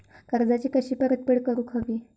कर्जाची कशी परतफेड करूक हवी?